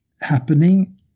happening